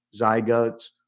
zygotes